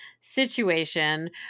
situation